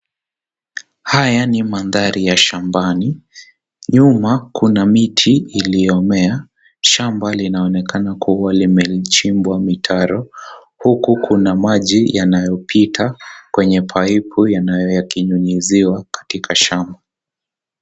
Haya ni mandhari ya shambani, nyuma kuna miti iliyomea. Shamba linaonekana kuwa limechimbwa mitaro, huku kuna maji yanayopita kwenye pipu, yanayo yakinyunyiziwa katika shamba.